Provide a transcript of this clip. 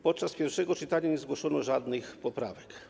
Podczas pierwszego czytania nie zgłoszono żadnych poprawek.